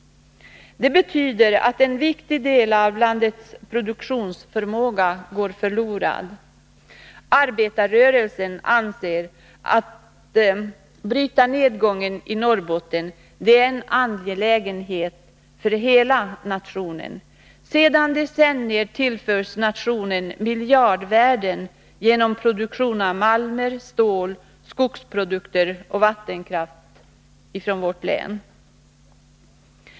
Det betyder att en viktig del av landets produktionsförmåga går förlorad. Arbetarrörelsen anser vidare att det är en angelägenhet för hela nationen att bryta nedgången i Norrbotten. Sedan decennier tillförs nationen miljardvärden från vårt län genom produktion av malmer, stål, skogsprodukter och vattenkraft.